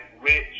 rich